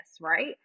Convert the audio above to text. right